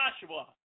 Joshua